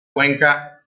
cuenca